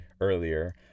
earlier